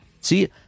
see